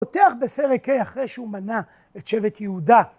פותח בפרק ה׳ אחרי שהוא מנע את שבט יהודה.